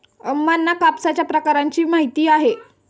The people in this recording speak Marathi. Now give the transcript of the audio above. अम्मांना कापसाच्या प्रकारांची माहिती आहे